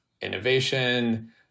innovation